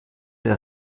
der